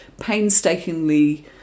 painstakingly